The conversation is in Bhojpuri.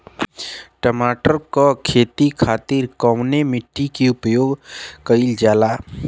टमाटर क खेती खातिर कवने मिट्टी के उपयोग कइलजाला?